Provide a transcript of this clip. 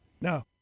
No